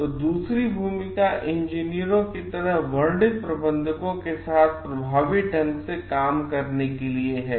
तो दूसरी भूमिका इंजीनियरों की तरह वर्णित प्रबंधकों के साथ प्रभावी ढंग से काम कर रहे हैं